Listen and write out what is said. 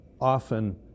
often